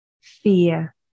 fear